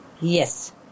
yes